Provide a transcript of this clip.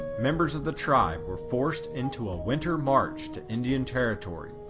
members of the tribe were forced into a winter march to indian territory.